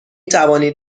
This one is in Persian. توانید